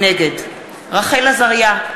נגד רחל עזריה,